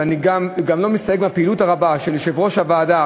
ואני גם לא מסתייג מהפעילות הרבה של יושב-ראש הוועדה,